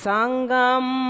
Sangam